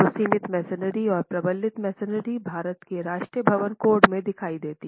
तो सीमित मैसनरी और प्रबलित मैसनरी भारत के राष्ट्रीय भवन कोड में दिखाई देती है